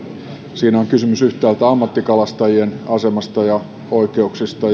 siinä on kysymys yhtäältä ammattikalastajien asemasta ja oikeuksista